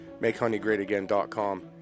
Makehoneygreatagain.com